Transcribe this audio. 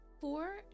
four